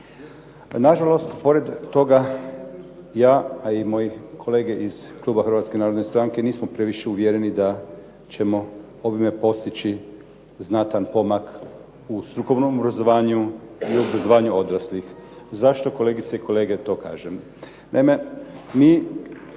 Na žalost, pored toga ja a i moji kolege iz Kluba Hrvatske narodne stranke nismo previše uvjereni da ćemo ovime postići znatan pomak u strukovnom obrazovanju i obrazovanju odraslih. Zašto kolegice i kolege to kažem?